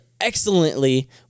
excellently